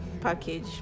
Package